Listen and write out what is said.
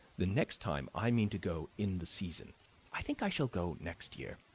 the next time i mean to go in the season i think i shall go next year.